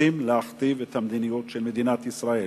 רוצים להכתיב את המדיניות של מדינת ישראל.